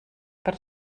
per